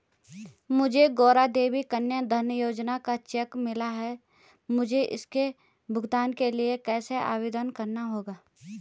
मुझे गौरा देवी कन्या धन योजना का चेक मिला है मुझे इसके भुगतान के लिए कैसे आवेदन करना होगा?